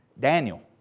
Daniel